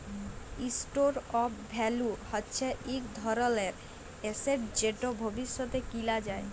store of value হচ্যে ইক ধরলের এসেট যেট ভবিষ্যতে কিলা যায়